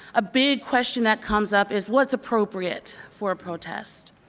a big question that comes up is what's appropriate for a protest?